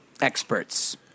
experts